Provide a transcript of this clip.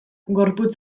gorputz